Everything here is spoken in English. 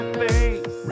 face